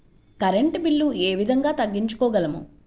Current bill ఏ విధంగా తగ్గించుకోగలము?